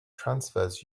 transfers